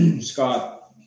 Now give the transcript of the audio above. Scott